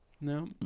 No